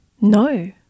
No